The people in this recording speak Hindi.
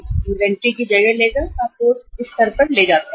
यह होगा इन्वेंट्री की जगह लेगा आपको इस स्तर पर ले जाते हैं